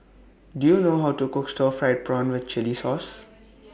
Do YOU know How to Cook Stir Fried Prawn with Chili Sauce